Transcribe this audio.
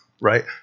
right